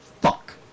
Fuck